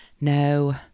No